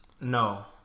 No